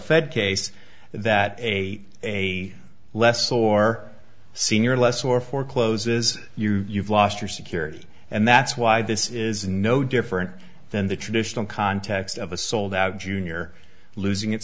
fed case that a a less or senior less or forecloses you you've lost your security and that's why this is no different than the traditional context of a sold out junior losing its